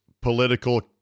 political